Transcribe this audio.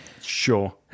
Sure